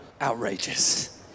Outrageous